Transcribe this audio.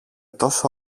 τόσο